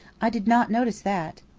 i did not notice that.